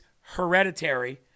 hereditary